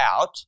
out